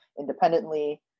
independently